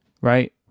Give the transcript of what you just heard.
right